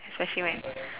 especially when